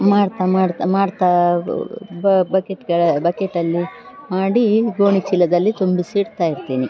ಮಾಡ್ತಾ ಮಾಡ್ತಾ ಮಾಡ್ತಾ ಬಕೆಟ್ಗಳ ಬಕೆಟಲ್ಲಿ ಮಾಡಿ ಗೋಣಿ ಚೀಲದಲ್ಲಿ ತುಂಬಿಸಿ ಇಡ್ತಾ ಇರ್ತೀನಿ